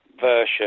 version